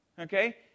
Okay